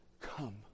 Come